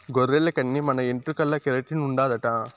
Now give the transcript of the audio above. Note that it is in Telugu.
గొర్రెల కన్ని మన ఎంట్రుకల్ల కెరటిన్ ఉండాదట